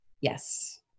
Yes